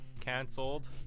cancelled